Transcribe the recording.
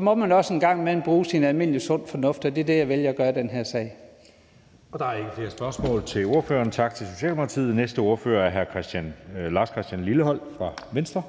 må man også en gang imellem bruge almindelig sund fornuft, og det er det, jeg vælger at gøre i den her sag. Kl. 18:31 Anden næstformand (Jeppe Søe): Der er ikke flere spørgsmål til ordføreren. Tak til Socialdemokratiet. Næste ordfører er hr. Lars Christian Lilleholt fra Venstre.